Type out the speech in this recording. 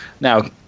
now